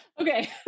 Okay